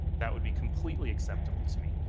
that would be completely acceptable to me.